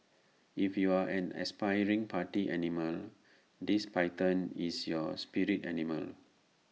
if you're an aspiring party animal this python is your spirit animal